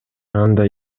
анда